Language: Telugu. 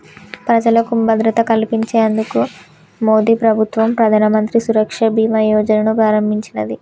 ప్రజలకు భద్రత కల్పించేందుకు మోదీప్రభుత్వం ప్రధానమంత్రి సురక్ష బీమా యోజనను ప్రారంభించినాది